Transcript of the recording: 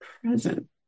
present